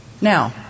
Now